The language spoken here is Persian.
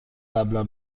قبلا